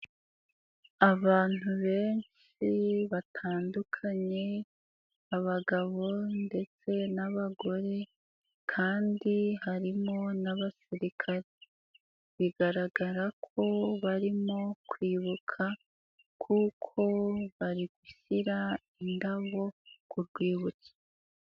Abantu benshi batandukanye, abagabo ndetse n'abagore kandi harimo n'abasirikare, bigaragara ko barimo kwibuka kuko bari gushyira indabo ku rwibutso.